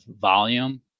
volume